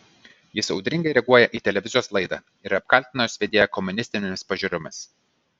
jis audringai reaguoja į televizijos laidą ir apkaltina jos vedėją komunistinėmis pažiūromis